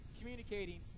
communicating